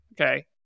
okay